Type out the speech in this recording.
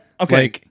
okay